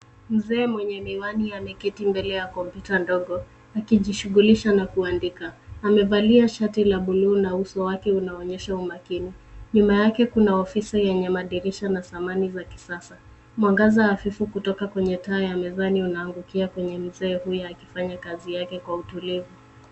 Mzee mwenye miwani ya ameketi mbele ya kompyuta ndogo akijishughulisha na kuandika ,amevalia shati la buluu na uso wake unaonyesha umakini nyuma yake kuna ofisi yenye madirisha na samani za kisasa , mwangaza hafifu kutoka kwenye taa ya mezani unaangukia kwenye mzee huyo akifanya kazi yake kwa utulivu.